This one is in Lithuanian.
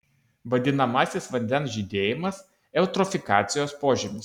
vadinamasis vandens žydėjimas eutrofikacijos požymis